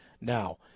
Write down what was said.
now